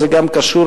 זה גם קשור,